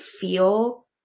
feel